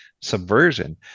subversion